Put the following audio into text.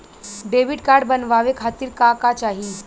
Debit card बनवावे खातिर का का चाही?